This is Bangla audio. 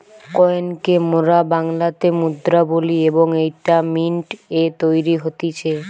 কয়েন কে মোরা বাংলাতে মুদ্রা বলি এবং এইটা মিন্ট এ তৈরী হতিছে